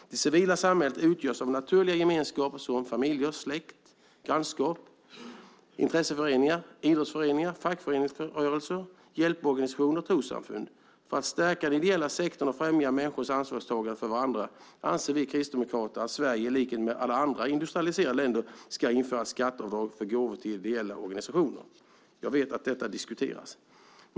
Det civila samhället utgörs av naturliga gemenskaper som familjer, släkt, grannskap, intresseföreningar, idrottsföreningar, fackföreningar, hjälporganisationer och trossamfund. För att stärka den ideella sektorn och främja människors ansvarstagande för varandra anser vi kristdemokrater att Sverige i likhet med alla andra industrialiserade länder ska införa skatteavdrag för gåvor till ideella organisationer. Jag vet att detta diskuteras.